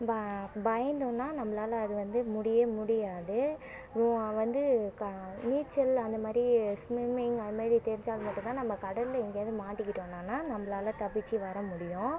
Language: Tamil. ப பயந்தோன்னா நம்மளால அது வந்து முடியாவே முடியாது ஓ வந்து க நீச்சல் அந்தமாதிரி ஸ்விம்மிங் அந்தமாதிரி தெரிஞ்சால் மட்டும் தான் நம்ம கடலில் எங்கேயாது மாட்டிக்கிட்டோனானா நம்மளால தப்பிச்சு வர முடியும்